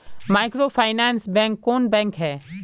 Microfinance bank कौन bank है?